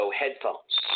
headphones